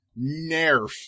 NERF